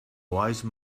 wise